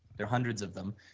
there are hundreds of them,